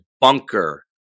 bunker